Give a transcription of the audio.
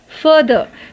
further